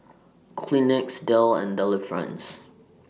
Kleenex Dell and Delifrance